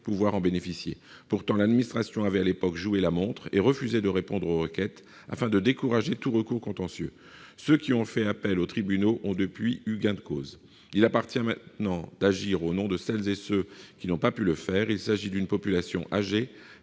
mesures de réparation. Pourtant, l'administration a à l'époque « joué la montre » et refusé de répondre aux requêtes, afin de décourager tout recours contentieux. Ceux qui ont fait appel aux tribunaux ont depuis eu gain de cause. Il appartient maintenant d'agir au nom de celles et ceux qui n'ont pas pu le faire. Il s'agit d'une population âgée,